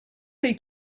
they